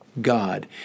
God